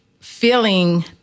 feeling